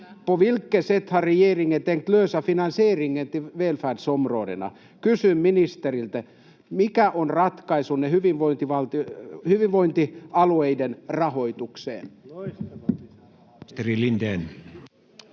Kysyn ministeriltä: mikä on ratkaisunne hyvinvointialueiden rahoitukseen?